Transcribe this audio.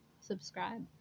subscribe